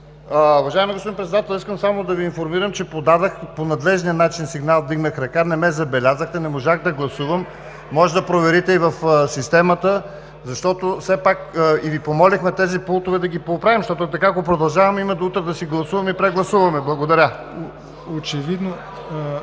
Уважаеми господин Председател, искам само да Ви информирам, че подадох по надлежния начин сигнал – вдигнах ръка, не ме забелязахте, не можах да гласувам. Може да проверите и в системата, защото все пак… И Ви помолихме тези пултове да ги пооправим, защото, ако продължаваме така, има до утре да си гласуваме и прегласуваме. Благодаря.